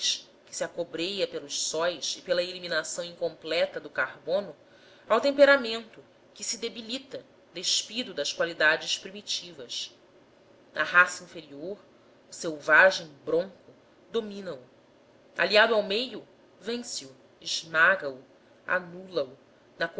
que se acobreia pelos sóis e pela eliminação incompleta do carbono ao temperamento que se debilita despido das qualidades primitivas a raça inferior o selvagem bronco domina o aliado ao meio vence o esmaga o anula o na